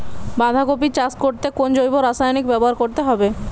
বাঁধাকপি চাষ করতে কোন জৈব রাসায়নিক ব্যবহার করতে হবে?